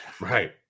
Right